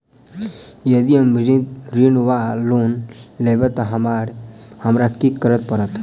यदि हम ऋण वा लोन लेबै तऽ हमरा की करऽ पड़त?